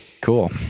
Cool